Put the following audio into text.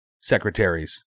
secretaries